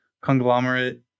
conglomerate